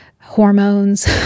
hormones